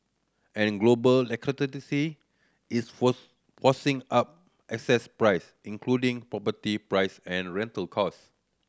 and global is force forcing up price including property price and rental cost